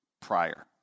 prior